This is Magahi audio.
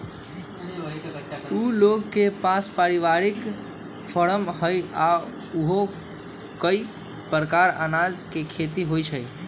उ लोग के पास परिवारिक फारम हई आ ऊहा कए परकार अनाज के खेती होई छई